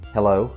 Hello